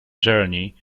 journey